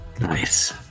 Nice